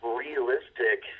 realistic